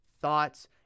thoughts